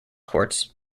courts